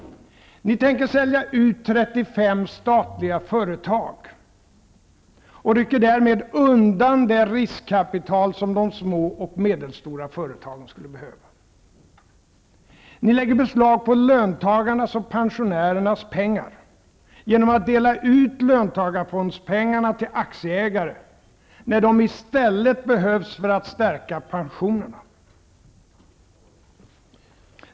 Ni tänker sälja ut 35 statliga företag och rycker därmed undan det riskkapital som de små och medelstora företagen skulle behöva. Ni lägger beslag på löntagarnas och pensionärernas pengar genom att dela ut löntagarfondspengarna till aktieägare, när de i stället behövs för att stärka pensionerna.